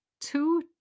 two